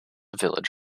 village